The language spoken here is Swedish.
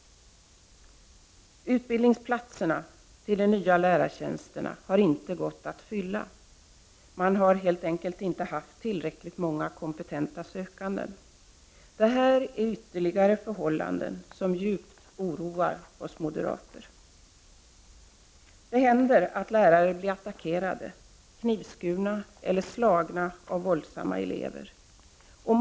Utbildningsplatserna till de nya lärartjänsterna har inte gått att fylla. Man har helt enkelt inte haft tillräckligt många kompetenta sökande. Det här är ytterligare förhållanden som djupt oroar oss moderater. Det händer att lärare blir attackerade, knivskurna eller slagna av våldsamma elever.